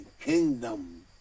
kingdom